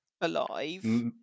Alive